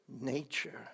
nature